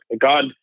God